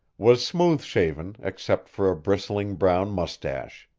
was smooth-shaven except for a bristling brown mustache.